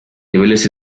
niveles